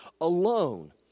alone